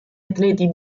atleti